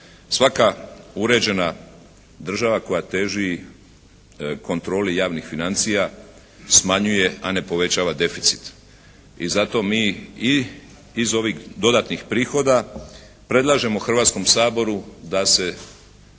Svaka uređena država koja teži kontroli javnih financija smanjuje a ne povećava deficit. I zato mi i iz ovih dodatnih prihoda predlažemo Hrvatskom saboru da se